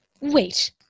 Wait